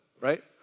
right